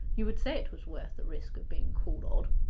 you would say it was worth risk of being called odd.